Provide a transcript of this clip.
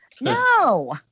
No